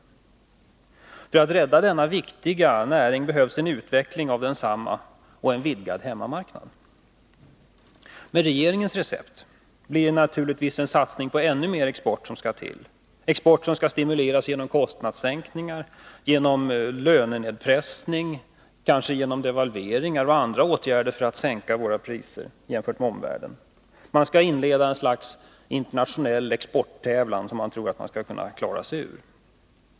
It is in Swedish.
För att vi skall kunna rädda denna viktiga näring behövs en utveckling av densamma och en vidgad hemmamarknad. Med regeringens recept blir det naturligtvis en satsning på ännu mer export, som skall stimuleras genom kostnadssänkningar, genom lönenedpressning, kanske genom devalveringar och andra åtgärder för att sänka våra priser gentemot omvärlden. Man skall inleda ett slags internationell exporttävlan, som man tror att man skall kunna klara sig i.